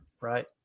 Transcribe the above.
Right